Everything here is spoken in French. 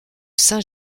saint